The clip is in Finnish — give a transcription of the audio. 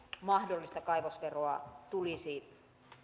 mahdollista kaivosveroa tulisi